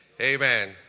amen